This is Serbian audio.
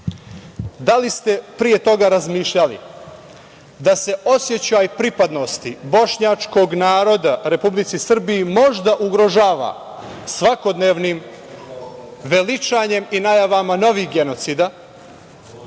li ste pre toga razmišljali da se osećaj pripadnosti bošnjačkog naroda Republici Srbiji možda ugrožava svakodnevnim veličanjem i najavama novih genocida,